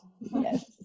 Yes